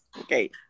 Okay